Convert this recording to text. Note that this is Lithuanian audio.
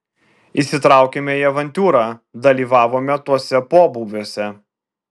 įsitraukėme į avantiūrą dalyvavome tuose pobūviuose